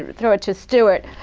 ah but throw it to stuart,